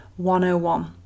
101